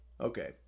Okay